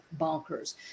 bonkers